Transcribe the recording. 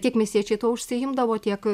tiek miestiečiai tuo užsiimdavo tiek